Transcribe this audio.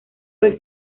fue